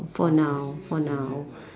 for now for now